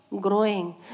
growing